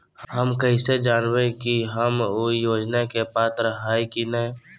हम कैसे जानब की हम ऊ योजना के पात्र हई की न?